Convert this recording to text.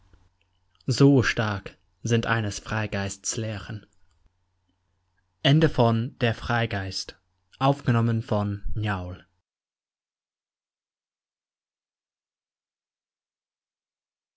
so stark sind eines freigeists lehren